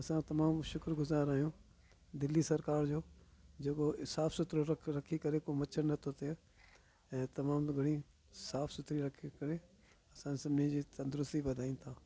असांजो तमामु शुक्रु गुज़ारु आहियूं दिल्ली सरकार जो जेको ई साफ सुथिरो रख रखी करे को मछर नथो थिए ऐं तमाम बि घणी साफ़ु सुथिरी रखे करे असां सभिनी जी तंदुरूस्ती वधायूं था